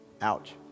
Ouch